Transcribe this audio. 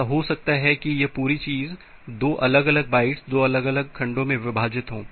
ऐसा हो सकता है कि यह पूरी चीज 2 अलग अलग बाइट्स 2 अलग अलग खंडों में विभाजित हो